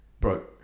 bro